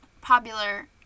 popular